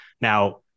Now